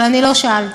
אבל אני לא שאלתי.